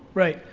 right,